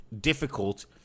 difficult